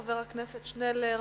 חבר הכנסת שנלר,